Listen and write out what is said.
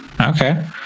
Okay